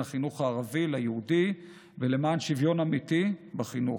החינוך הערבי ליהודי ולמען שוויון אמיתי בחינוך.